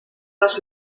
dels